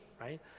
right